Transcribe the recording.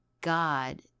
God